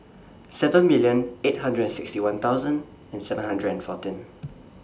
seven million eight hundred and sixty one thousand and seven hundred fourteen